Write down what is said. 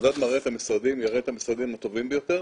המדד יראה את המשרדים הטובים ביותר,